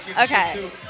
Okay